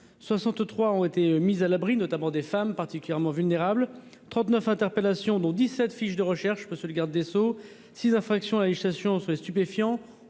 63 ont été mis à l'abri, notamment des femmes, particulièrement vulnérables 39 interpellations, dont 17 fiche de recherche monsieur le garde des Sceaux 6, infraction à la législation sur les stupéfiants,